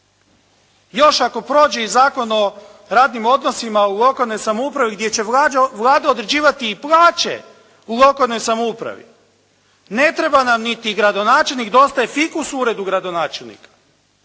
Još ako prođe i Zakon o radnim odnosima u lokalnoj samoupravi gdje će Vlada određivati i plaće u lokalnoj samoupravi. Ne treba nam niti gradonačelnik, dosta je fikus u uredu gradonačelnika.